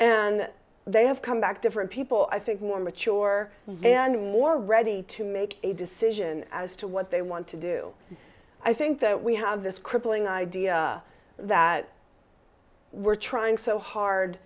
and they have come back different people i think more mature and more ready to make a decision as to what they want to do i think that we have this crippling idea that we're trying so hard